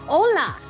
Hola